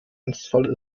ernstfall